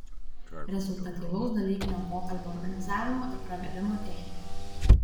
rezultatyvaus dalykinio pokalbio organizavimo ir pravedimo technika